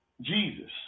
Jesus